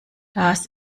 das